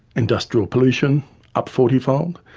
industrial pollution up forty fold.